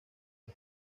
los